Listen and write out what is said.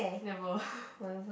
never